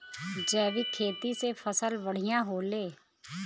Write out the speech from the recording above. जैविक खेती से फसल बढ़िया होले